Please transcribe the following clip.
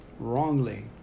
wrongly